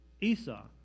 Esau